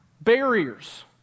barriers